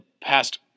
past